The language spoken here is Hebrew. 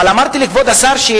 אבל אמרתי לכבוד השר: